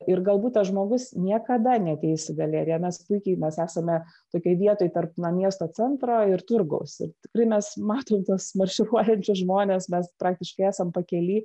ir galbūt tas žmogus niekada neateis į galeriją mes puikiai mes esame tokioj vietoj tarp na miesto centro ir turgaus tikrai mes matom tuos marširuojančius žmones mes praktiškai esam pakely